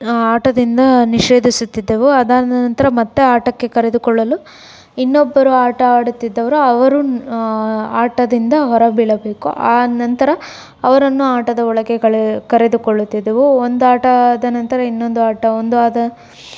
ಆಟದಿಂದ ನಿಷೇಧಿಸುತ್ತಿದ್ದೆವು ಅದಾದನಂತರ ಮತ್ತೆ ಆಟಕ್ಕೆ ಕರೆದುಕೊಳ್ಳಲು ಇನ್ನೊಬ್ಬರು ಆಟವಾಡುತ್ತಿದ್ದವರು ಅವರು ಆಟದಿಂದ ಹೊರಗೆ ಬೀಳಬೇಕು ಆನಂತರ ಅವರನ್ನು ಆಟದ ಒಳಗೆ ಕಳೆ ಕರೆದುಕೊಳ್ಳುತ್ತಿದ್ದೆವು ಒಂದು ಆಟ ಆದನಂತರ ಇನ್ನೊಂದು ಆಟ ಒಂದು ಆದ